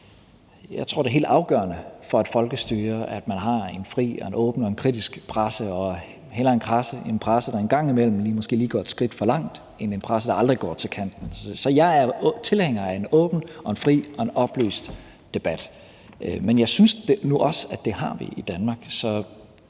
Jeg tror, det er helt afgørende for et folkestyre, at man har en fri og åben og kritisk presse – og hellere en presse, der engang imellem måske lige går et skridt for langt, end en presse, der aldrig går til kanten. Så jeg er tilhænger af en åben og fri og oplyst debat. Men jeg synes nu også, at det har vi i Danmark.